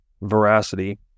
veracity